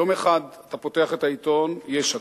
יום אחד אתה פותח את העיתון, יש הקפאה,